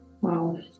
wow